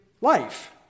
life